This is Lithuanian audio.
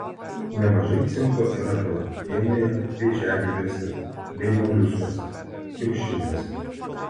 nemažai cinko yra kalakutienoje vėžiagyviuose bei moliuskuose kiaušiniuose